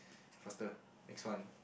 faster next one